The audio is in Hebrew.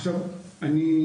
עכשיו אני,